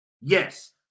yes